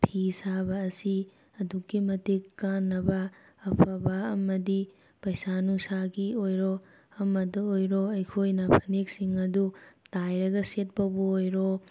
ꯐꯤ ꯁꯥꯕ ꯑꯁꯤ ꯑꯗꯨꯛꯀꯤ ꯃꯇꯤꯛ ꯀꯥꯟꯅꯕ ꯑꯐꯕ ꯑꯃꯗꯤ ꯄꯩꯁꯥ ꯅꯨꯡꯁꯥꯒꯤ ꯑꯣꯏꯔꯣ ꯑꯃꯗ ꯑꯣꯏꯔꯣ ꯑꯩꯈꯣꯏꯅ ꯐꯅꯦꯛꯁꯤꯡ ꯑꯗꯨ ꯇꯥꯏꯔꯒ ꯁꯦꯠꯄꯕꯨ ꯑꯣꯏꯔꯣ